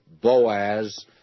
Boaz